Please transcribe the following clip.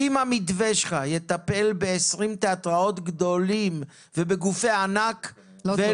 אם המתווה שלך יטפל ב-20 גופי ענק בתרבות זה לא יעזור,